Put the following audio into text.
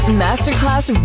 masterclass